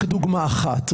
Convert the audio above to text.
רק דוגמה אחת.